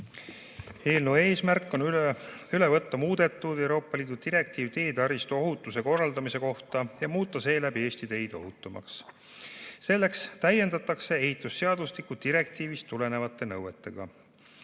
Eelnõu eesmärk on üle võtta muudetud Euroopa Liidu direktiiv teetaristu ohutuse korraldamise kohta ja muuta seeläbi Eesti teed ohutumaks. Selleks täiendatakse ehitusseadustikku direktiivist tulenevate nõuetega.